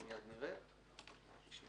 195 בתוקפה אומרת כך: "יפקע בתום ששה